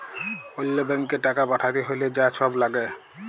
অল্য ব্যাংকে টাকা পাঠ্যাতে হ্যলে যা ছব ল্যাগে